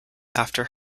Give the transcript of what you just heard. after